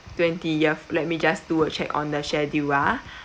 twentieth let me just do a check on the schedule ah